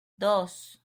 dos